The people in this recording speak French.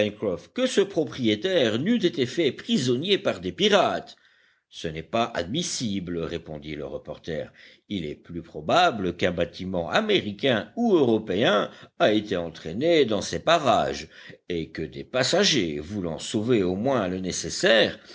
que ce propriétaire n'eût été fait prisonnier par des pirates ce n'est pas admissible répondit le reporter il est plus probable qu'un bâtiment américain ou européen a été entraîné dans ces parages et que des passagers voulant sauver au moins le nécessaire